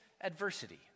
adversity